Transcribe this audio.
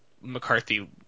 McCarthy